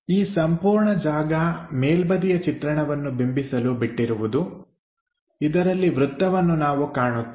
ಈ ಸಂಪೂರ್ಣ ಜಾಗ ಮೇಲ್ಬದಿಯ ಚಿತ್ರಣವನ್ನು ಬಿಂಬಿಸಲು ಬಿಟ್ಟಿರುವುದು ಇದರಲ್ಲಿ ವೃತ್ತವನ್ನು ನಾವು ಕಾಣುತ್ತೇವೆ